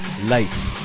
life